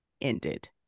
ended